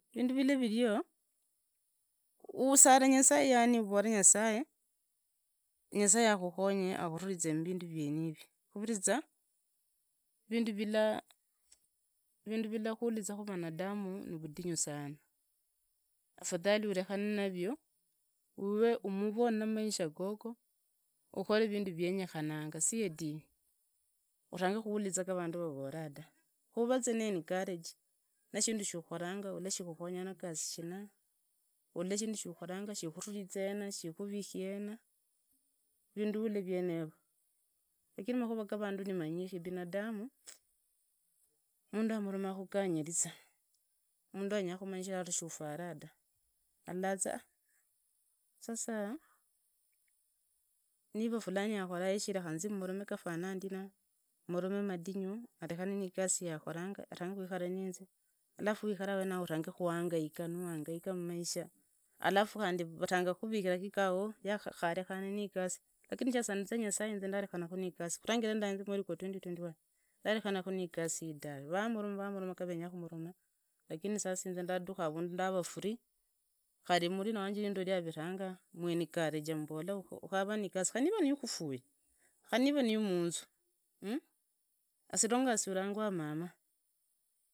Vindu villa vivio, usare nyasaye uvolle nyasaye, nyasaye akhukhonye akhukili mbinu vienivi, khuririza vindu villa khurinza mbinadamu nivudinyu sana afadhali urenane nago uvee mmaisha gogo, ukore vindu vienyekhananga si eh urange khuriza ga vandu vavola ta, khuvaza encouraged na shindu shiukholanga ulee shikhukhonya na gasi shina, ulle shindu shukhoranga shikhururizi ena, shikherikhi hesla, vindu khari vienavo, lavori makhura garandu ni manyishi, binadamu mundu amalombe guangariza mundu hamanyi kiruto cha ufaraa ta allaza ata sasa niva fulani amarima ndina amoroma madinyu, nevea nzi marome gafana ndina, morome mahoyee arekhane niigasi yakholanga, arrange khuikhara niinzi, arrange kwangaika hangaika, alafu arrange nunuikharira kikao, lakini inzi sadiza nyasaye khurangira ndarize mweri gwa zozi ndarekhara niigasi ryi tawe varekhana, vamoloma ga vinya khamoloma, lakini inze ndadutsa avundu ndava fret, khari mnna waa nindali aviranga mueneoraju mbolaa akarie igasi kari niva nigakufuya, khari niva niyamunzu lona as ulanywanga mamaa.